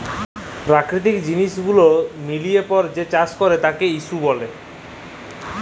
পেরাকিতিক জিলিস ছব গুলা মিলাঁয় যে চাষ ক্যরে তার ইস্যু গুলা